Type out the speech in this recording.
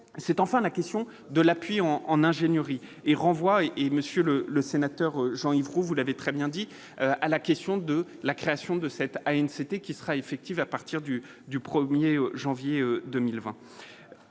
c'est enfin la question de l'appui en ingénierie et renvoie et Monsieur le le sénateur Jean-Yves Roux, vous l'avez très bien dit, à la question de la création de cette à une société qui sera effective à partir du du 1er janvier 2020,